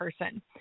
person